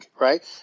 right